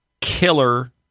killer